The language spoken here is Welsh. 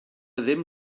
ddim